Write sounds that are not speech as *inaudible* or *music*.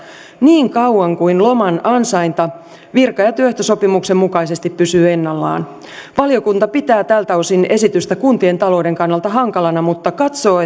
niin kauan kuin loman ansainta virka ja työehtosopimuksen mukaisesti pysyy ennallaan valiokunta pitää tältä osin esitystä kuntien talouden kannalta hankalana mutta katsoo *unintelligible*